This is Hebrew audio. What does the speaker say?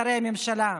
שרי הממשלה,